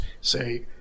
say